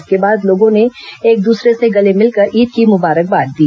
इसके बाद लोगों ने एक दूसरे से गले मिलकर ईद की मुबारकबाद दी